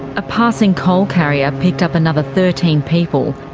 a passing coal carrier picked up another thirteen people,